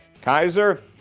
Kaiser